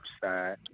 side